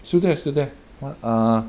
still there still there [what] err